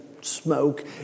smoke